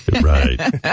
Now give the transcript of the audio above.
Right